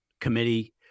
committee